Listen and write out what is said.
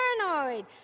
paranoid